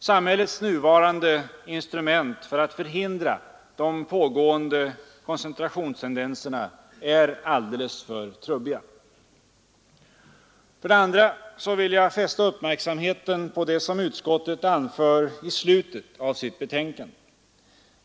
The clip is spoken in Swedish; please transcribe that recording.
Samhällets nuvarande instrument för att förhindra de pågående koncentrationstendenserna är alldeles för trubbiga. För det andra vill jag fästa uppmärksamheten på vad utskottet anför i slutet av sitt betänkande.